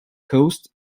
coast